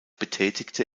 betätigte